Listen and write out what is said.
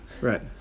right